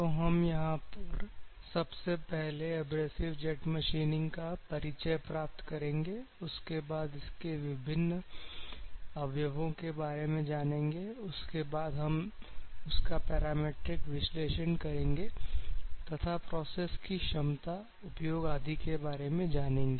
तो हम यहां पर सबसे पहले एब्रेसिव जेट मशीनिंग का परिचय प्राप्त करेंगे उसके बाद इसके विभिन्न अवयवों के बारे में जानेंगे उसके बाद हम उसका पैरामेट्रिक विश्लेषण करेंगे तथा प्रोसेस की क्षमता उपयोग आदि के बारे में जानेंगे